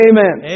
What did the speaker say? Amen